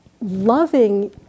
loving